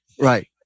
Right